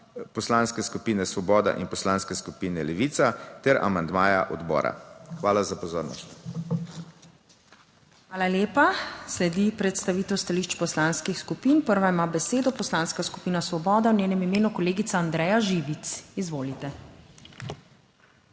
Poslanske skupine Svoboda in Poslanske skupine Levica ter amandmaja odbora. Hvala za pozornost. PREDSEDNICA MAG. URŠKA KLAKOČAR ZUPANČIČ: Hvala lepa. Sledi predstavitev stališč poslanskih skupin. Prva ima besedo Poslanska skupina Svoboda, v njenem imenu kolegica Andreja Živic. Izvolite.